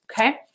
Okay